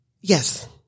Yes